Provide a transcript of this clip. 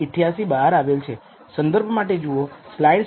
88 બહાર આવેલ છે